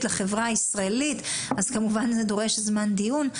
לחברה הישראלית אז כמובן זה דורש זמן דיון.